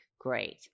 great